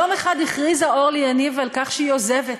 יום אחד הכריזה אורלי יניב שהיא עוזבת,